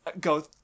go